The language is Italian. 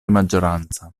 maggioranza